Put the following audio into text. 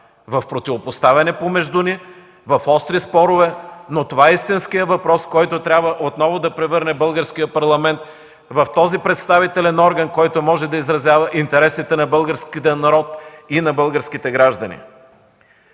в противопоставяне помежду ни, в остри спорове, но това е истинският въпрос, който трябва отново да превърне Българският парламент в този представителен орган, който може да изразява интересите на българския народ и на българските граждани.